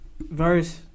Verse